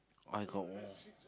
I got